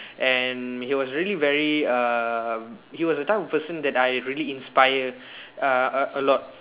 and he was really very uh he was the type of person that I really inspire uh a a lot